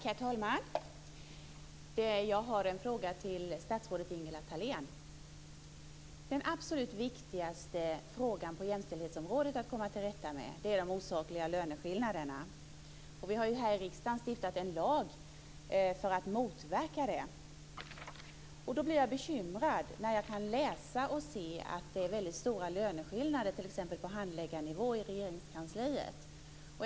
Herr talman! Jag har en fråga till statsrådet Ingela Den absolut viktigaste frågan på jämställdhetsområdet är att komma till rätta med är de osakliga löneskillnaderna. Vi har här i riksdagen stiftat en lag för att motverka dessa. Då blir jag bekymrad när jag kan läsa och se att det är väldigt stora löneskillnader, t.ex. på handläggarnivå i Regeringskansliet.